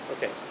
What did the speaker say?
Okay